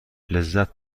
لذت